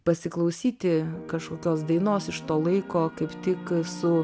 pasiklausyti kažkokios dainos iš to laiko kaip tik su